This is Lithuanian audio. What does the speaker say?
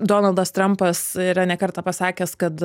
donaldas trampas yra ne kartą pasakęs kad